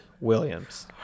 Williams